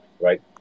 right